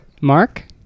Mark